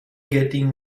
getting